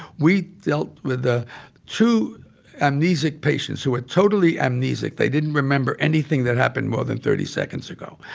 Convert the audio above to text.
we dealt with a two amnesic patients who are totally amnesic. they didn't remember anything that happened more than thirty seconds ago.